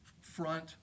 Front